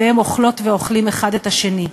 והם אוכלות ואוכלים אחד את השני.